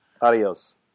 Adios